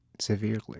severely